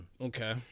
Okay